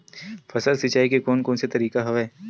फसल सिंचाई के कोन कोन से तरीका हवय?